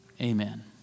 Amen